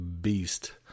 beast